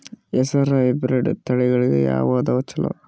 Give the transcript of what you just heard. ಹೆಸರ ಹೈಬ್ರಿಡ್ ತಳಿಗಳ ಯಾವದು ಚಲೋ?